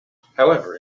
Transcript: however